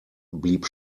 blieb